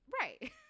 Right